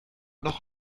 noch